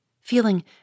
feeling